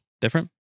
different